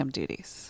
duties